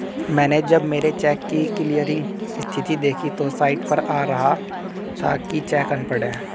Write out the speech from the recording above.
मैनें जब मेरे चेक की क्लियरिंग स्थिति देखी तो साइट पर आ रहा था कि चेक अनपढ़ है